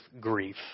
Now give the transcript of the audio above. grief